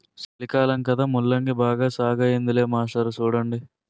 సలికాలం కదా ముల్లంగి బాగా సాగయ్యిందిలే మాస్టారు సూడండి